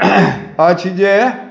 अछि जे